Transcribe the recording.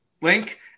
link